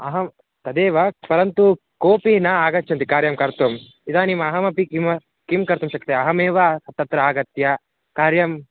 अहं तदेव परन्तु कोपि न आगच्छति कार्यं कर्तुम् इदानीम् अहमपि किं किं कर्तुं शक्यते अहमेव तत्र आगत्य कार्यं